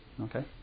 okay